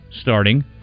starting